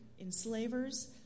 enslavers